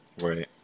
Right